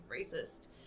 racist